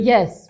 Yes